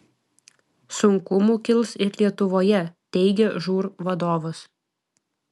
sunkumų kils ir lietuvoje teigia žūr vadovas